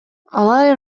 алай